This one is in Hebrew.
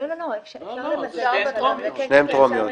שתיהן טרומיות, כן.